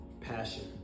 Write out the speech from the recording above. passion